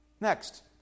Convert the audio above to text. Next